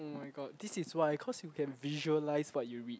oh-my-god this is why cause you can visualise what you read